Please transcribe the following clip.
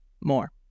more